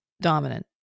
dominant